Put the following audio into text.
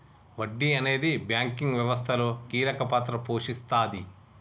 వడ్డీ అనేది బ్యాంకింగ్ వ్యవస్థలో కీలక పాత్ర పోషిస్తాది